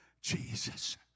Jesus